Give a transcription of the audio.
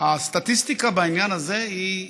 הסטטיסטיקה בעניין הזה היא איומה.